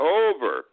over